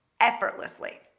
effortlessly